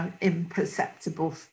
imperceptible